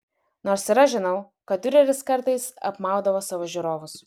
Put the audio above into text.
nors ir aš žinau kad diureris kartais apmaudavo savo žiūrovus